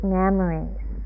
memories